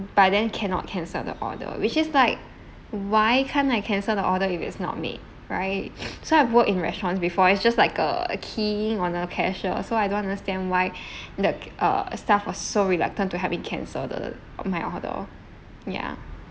but then cannot cancel the order which is like why can't I cancel the order if it's not made right so I've worked in restaurants before it's just like a keying on a cashier so I don't understand why the uh staff was so reluctant to help me cancel the my order ya